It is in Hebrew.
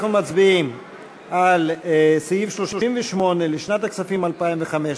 אנחנו מצביעים בקריאה שנייה על סעיף 38 לשנת הכספים 2015,